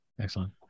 Excellent